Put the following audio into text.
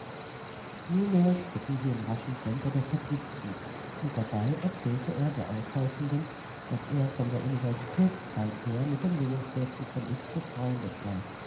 nunmehr schritten sie in raschem tempo der fabrik zu und dabei erzählte er der aufhorchenden daß er von der universitätszeit her mit dem jungen fürsten von x befreundet sei